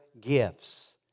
gifts